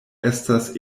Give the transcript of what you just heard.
estas